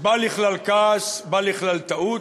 בא לכלל כעס, בא לכלל טעות.